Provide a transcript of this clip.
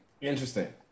interesting